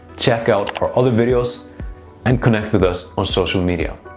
check out our other videos and connect with us on social media.